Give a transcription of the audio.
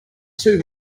two